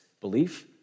belief